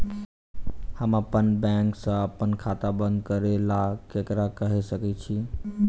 हम अप्पन बैंक सऽ अप्पन खाता बंद करै ला ककरा केह सकाई छी?